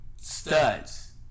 Studs